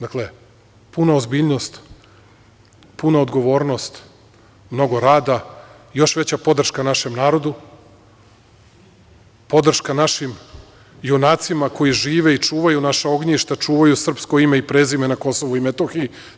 Dakle, puna ozbiljnost, puna odgovornost, mnogo rada, još veća podrška našem narodu, podrška našim junacima koji žive i čuvaju naša ognjišta, čuvaju srpsko ime na Kosovu i Metohiji.